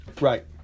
right